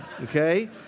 okay